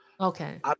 Okay